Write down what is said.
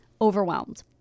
overwhelmed